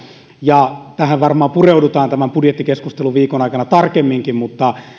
tähän varmaan pureudutaan tämän budjettikeskusteluviikon aikana tarkemminkin mutta jo